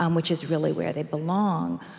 um which is really where they belong?